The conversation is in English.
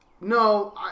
no